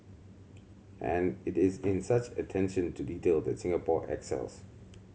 and it is in such attention to detail that Singapore excels